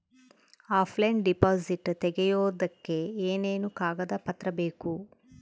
Offline deposit ತೆಗಿಯೋದಕ್ಕೆ ಏನೇನು ಕಾಗದ ಪತ್ರ ಬೇಕು?